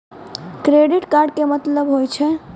Credit card के मतलब होय छै?